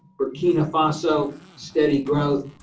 burkina faso, steady growth.